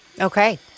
Okay